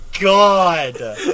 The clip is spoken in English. God